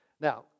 Now